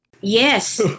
Yes